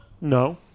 no